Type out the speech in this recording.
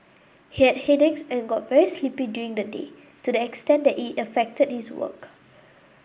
he had headaches and got very sleepy during the day to the extent that it affected his work